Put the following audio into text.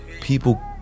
people